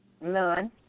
None